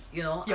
you know